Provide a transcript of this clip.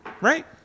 Right